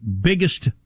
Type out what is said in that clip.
biggest